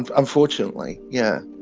ah unfortunately. yeah